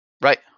Right